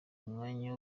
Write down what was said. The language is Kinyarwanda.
umwanya